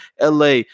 LA